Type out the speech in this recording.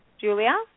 Julia